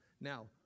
Now